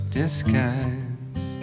disguise